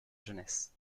jeunesse